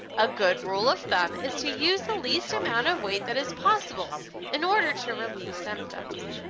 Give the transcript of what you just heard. a good rule of thumb is to use the least amount of weight that is possible in order to relieve symptoms.